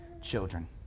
children